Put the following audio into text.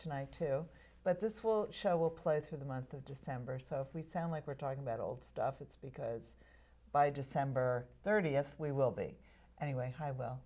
tonight too but this will show we'll play through the month of december so if we sound like we're talking about old stuff it's because by december thirtieth we will be anyway hi well